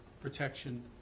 protection